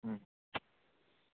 ꯎꯝ